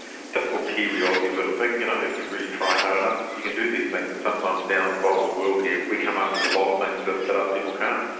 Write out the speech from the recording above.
typical kiwi aussie sort of thing, you know, if you really try hard enough you can do these things. and sometimes down at the bottom of the world here we come up with a lot of things that that other people can't.